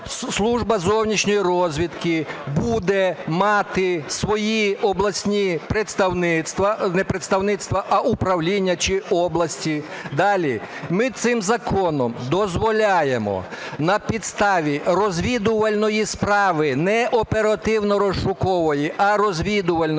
Служба зовнішньої розвідки буде мати свої обласні представництва, не представництва, а управління чи області. Далі. Ми цим законом дозволяємо на підставі розвідувальної справи, не оперативно-розшукової, а розвідувальної,